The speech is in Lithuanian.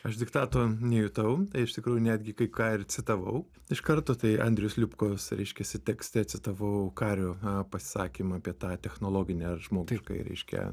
aš diktato nejutau tai iš tikrųjų netgi kai ką ir citavau iš karto tai andrijus libkos reiškiasi tekste citavau kario ha pasisakymą apie tą technologinę ar žmogiškai reiškia